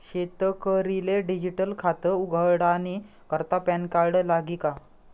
शेतकरीले डिजीटल खातं उघाडानी करता पॅनकार्ड लागी का?